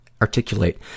articulate